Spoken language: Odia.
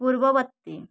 ପୂର୍ବବତ୍ତୀ